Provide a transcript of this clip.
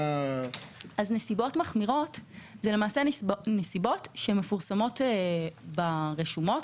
נסיבות מחמירות הן נסיבות שמפורסמות ברשומות,